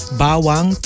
bawang